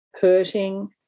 hurting